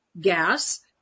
gas